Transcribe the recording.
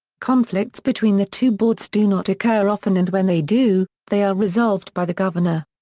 conflicts between the two boards do not occur often and when they do, they are resolved by the governor.